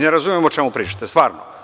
Ne razumem o čemu pričate stvarno.